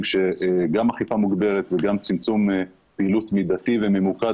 שגם אכיפה מוגברת וגם צמצום פעילות מידתי וממוקד,